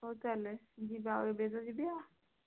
ହଉ ତା'ହେଲେ ଯିବା ଆଉ ଏବେ ତି ଯିବି